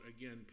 again